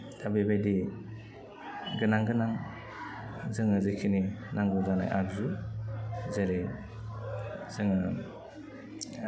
दा बेबायदि गोनां गोनां जोङो जेखिनि नांगौ जानाय आग्जु जेरै जोङो